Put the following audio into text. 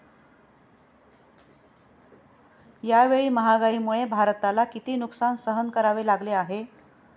यावेळी महागाईमुळे भारताला किती नुकसान सहन करावे लागले आहे?